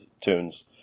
tunes